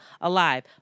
alive